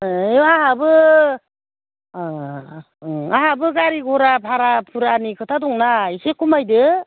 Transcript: ए आंहाबो अह ओ आंहाबो गारि घरा भारा भुरानि खोथा दंना एसे खमायदो